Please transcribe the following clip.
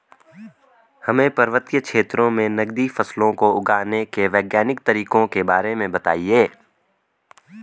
हमें पर्वतीय क्षेत्रों में नगदी फसलों को उगाने के वैज्ञानिक तरीकों के बारे में बताइये?